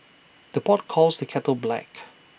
the pot calls the kettle black